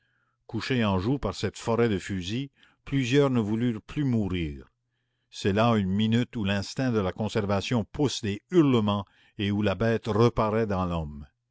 couchés en joue par cette forêt de fusils plusieurs ne voulurent plus mourir c'est là une minute où l'instinct de la conservation pousse des hurlements et où la bête reparaît dans l'homme